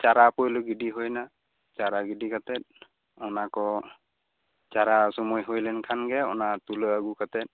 ᱪᱟᱨᱟ ᱯᱳᱭᱞᱳ ᱜᱤᱰᱤ ᱦᱳᱭᱮᱱᱟ ᱪᱟᱨᱟ ᱜᱤᱰᱤ ᱠᱟᱛᱮᱫ ᱚᱱᱟ ᱠᱚ ᱪᱟᱨᱟ ᱥᱳᱢᱚᱭ ᱦᱳᱭ ᱞᱮᱱ ᱠᱷᱟᱱᱜᱮ ᱚᱱᱟ ᱛᱩᱞᱟᱹᱣ ᱟᱹᱜᱩ ᱠᱟᱛᱮᱫ